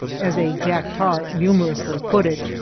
as a jack tar humorously put it,